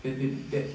that they that